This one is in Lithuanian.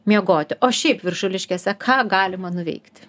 miegoti o šiaip viršuliškėse ką galima nuveikti